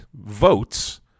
votes